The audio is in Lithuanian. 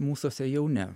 mūsuose jau ne